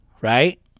right